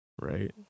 right